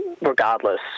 regardless